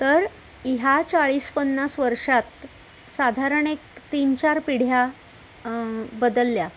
तर ह्या चाळीस पन्नास वर्षात साधारण एक तीन चार पिढ्या बदलल्या